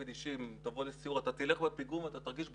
באופן אישי אם אתה תבוא לסיור אתה בפיגום תרגיש בטוח,